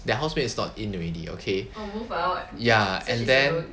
that house mates is not in already okay ya and then